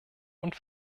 und